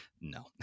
no